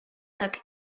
tak